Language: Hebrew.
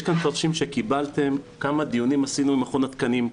יש כאן תרשים שקיבלתם כמה דיונים עשינו עם מכון התקנים,